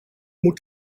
moet